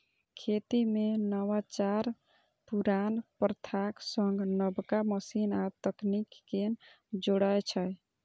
खेती मे नवाचार पुरान प्रथाक संग नबका मशीन आ तकनीक कें जोड़ै छै